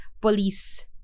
police